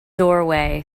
doorway